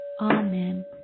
Amen